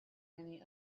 many